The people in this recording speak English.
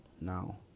Now